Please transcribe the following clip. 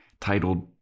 titled